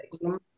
no